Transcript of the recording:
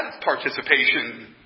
participation